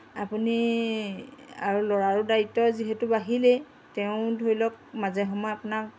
আপুনি আৰু ল'ৰাৰো দায়িত্ব যিহেতু বাঢ়িলেই তেওঁ ধৰি লওক মাজে সময়ে আপোনাক